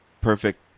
perfect